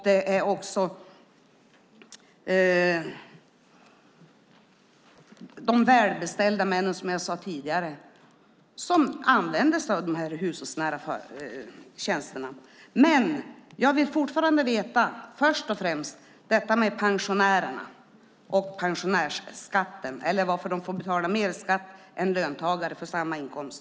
Det är också de välbeställda männen som använder hushållsnära tjänster. Jag vill fortfarande veta varför pensionärerna får betala mer skatt än löntagare för samma inkomst.